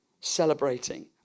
Celebrating